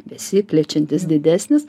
besiplečiantis didesnis